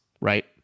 right